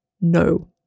No